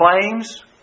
claims